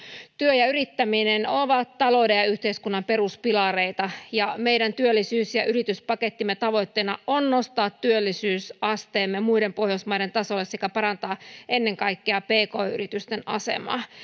työ ja yrittäminen ovat talouden ja yhteiskunnan peruspilareita meidän työllisyys ja yrityspakettimme tavoitteena on nostaa työllisyysasteemme muiden pohjoismaiden tasolle sekä parantaa ennen kaikkea pk yritysten asemaa